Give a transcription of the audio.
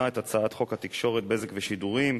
את הצעת חוק התקשורת (בזק ושידורים)